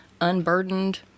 unburdened